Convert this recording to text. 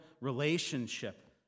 relationship